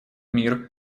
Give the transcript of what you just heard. мир